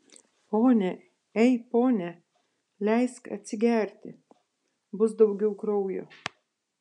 pone ei pone leisk atsigerti bus daugiau kraujo